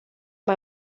mai